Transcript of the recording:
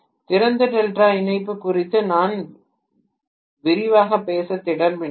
திறந்த டெல்டா இணைப்பு குறித்து நான் விரிவாகப் பேசத் திட்டமிடவில்லை